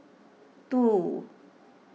two